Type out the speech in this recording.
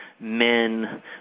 men